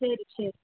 சரி சரி